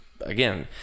again